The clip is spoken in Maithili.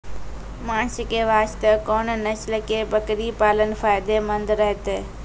मांस के वास्ते कोंन नस्ल के बकरी पालना फायदे मंद रहतै?